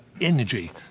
energy